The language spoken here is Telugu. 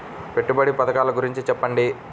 పెట్టుబడి పథకాల గురించి చెప్పండి?